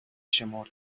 شمرد